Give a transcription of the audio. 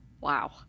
Wow